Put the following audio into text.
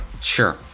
sure